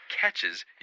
catches